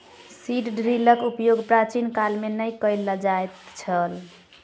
seed ड्रीलक उपयोग प्राचीन काल मे नै कय ल जाइत छल